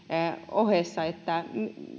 ohessa